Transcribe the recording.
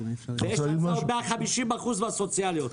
ויש עוד 150% בסוציאליות.